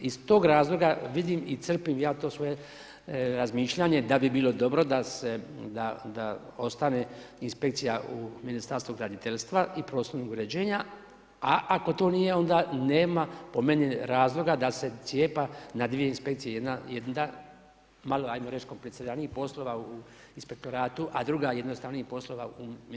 Iz tog razloga vidim i crpim ja to svoje razmišljanje da bi bilo dobro da se, da ostane inspekcija u Ministarstvu graditeljstva i prostornog uređenja a ako to nije onda nema po meni razloga da se cijepa na dvije inspekcije, jedna malo ajmo reći kompliciranijih poslova u inspektoratu a druga jednostavnijih poslova u ministarstvu.